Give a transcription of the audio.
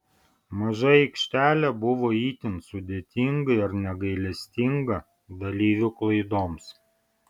maža aikštelė buvo itin sudėtinga ir negailestinga dalyvių klaidoms